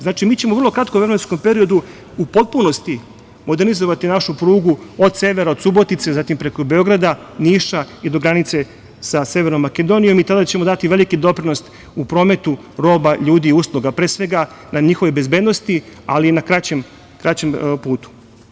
Znači, mi ćemo u vrlo kratkom vremenskom periodu u potpunosti modernizovati našu prugu od severa od Subotice, zatim preko Beograda, Niša i do granice sa Severnom Makedonijom i tada ćemo dati veliki doprinos u prometu roba, ljudi i usluga, pre svega radi njihove bezbednosti, ali i na kraćem putu.